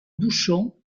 bouchons